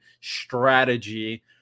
strategy